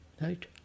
Right